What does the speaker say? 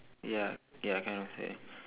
ya ya kind of that